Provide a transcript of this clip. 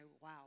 Wow